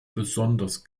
besonders